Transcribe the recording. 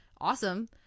awesome